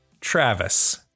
Travis